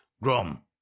Grom